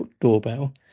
doorbell